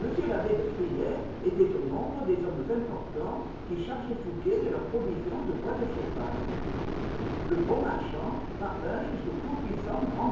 m l'abbé de frilair était au nombre des hommes importants qui chargeaient fouqué de leur provision de bois de chauffage le bon marchand parvint jusqu'au tout-puissant grand